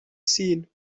seen